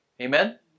Amen